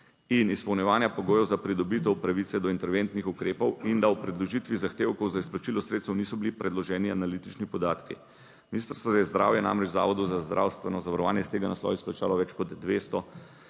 in izpolnjevanja pogojev za pridobitev pravice do interventnih ukrepov in da ob predložitvi zahtevkov za izplačilo sredstev niso bili predloženi analitični podatki. Ministrstvo za zdravje je namreč Zavodu za zdravstveno zavarovanje iz tega naslova izplačalo več kot 200